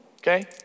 okay